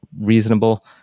reasonable